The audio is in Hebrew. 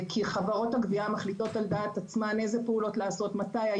שמדבר על הוצאות משפטיות ולמעשה מכיל את תקנות המסים (גבייה).